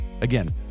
Again